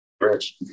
rich